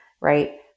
right